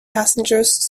passengers